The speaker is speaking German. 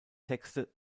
texte